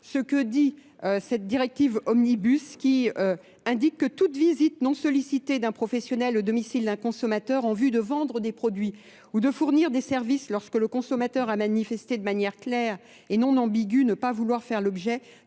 ce que dit cette directive Omnibus qui indique que toute visite non sollicité d'un professionnel au domicile d'un consommateur en vue de vendre des produits ou de fournir des services lorsque le consommateur a manifesté de manière claire et non ambiguë ne pas vouloir faire l'objet